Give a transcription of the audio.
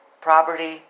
property